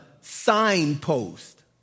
signpost